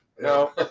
No